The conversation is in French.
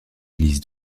élisent